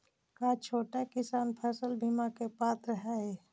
का छोटा किसान फसल बीमा के पात्र हई?